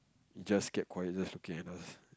it just kept quiet just looking at us